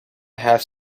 have